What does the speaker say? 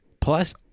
plus